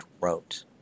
wrote